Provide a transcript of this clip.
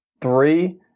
three